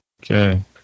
Okay